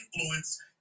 influence